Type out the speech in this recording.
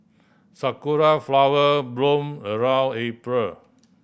sakura flower bloom around April